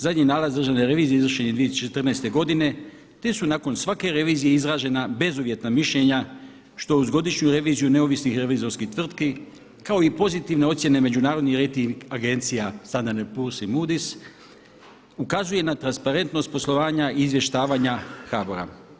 Zadnji nalaz Državne revizije izvršen je 2014. godine te su nakon svake revizije izrađena bezuvjetna mišljenja što uz godišnju reviziju neovisnih revizorskih tvrtki kao i pozitivne ocjene međunarodnih rejting agencija sada … ukazuje na transparentnost poslovanja i izvještavanja HBOR-a.